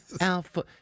alpha